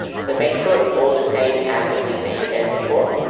so make sure it's all the same as the link that you set in before.